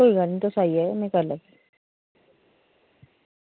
ठीक ऐ भी तुस आई जायो में करी लैगी